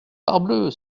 parbleu